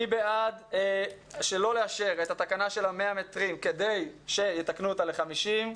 מי בעד שלא לאשר את התקנה של ה-100 מטרים כדי שיתקנו אותה ל-50 מטרים?